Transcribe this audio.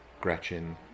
Gretchen